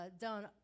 done